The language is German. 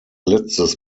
letztes